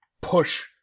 push